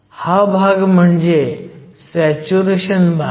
हा भाग म्हणजे सॅच्युरेशन भाग